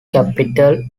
capital